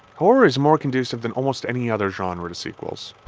horror is more conducive than almost any other genre to sequels.